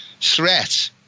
threat